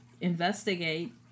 investigate